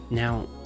Now